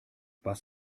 was